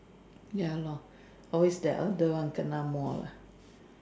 ya lor always the elder one kena more lah